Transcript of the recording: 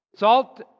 Salt